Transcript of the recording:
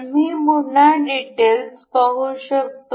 आम्ही पुन्हा डिटेल्स पाहू शकतो